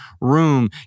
room